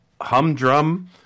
humdrum